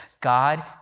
God